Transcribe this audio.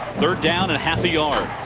third down and half a yard.